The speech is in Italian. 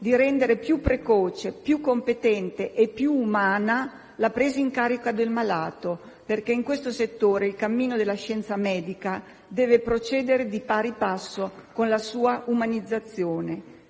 e rendere più precoce, più competente e più umana la presa in carica del malato, perché in questo settore il cammino della scienza medica deve procedere di pari passo con la sua umanizzazione.